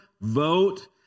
vote